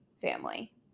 family